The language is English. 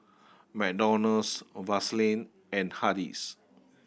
McDonald's Vaseline and Hardy's